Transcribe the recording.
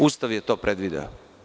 Ustav je to predvideo.